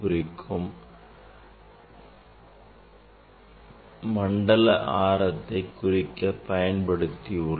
s மண்டல ஆரத்தை குறிக்க பயன்படுத்தியுள்ளோம்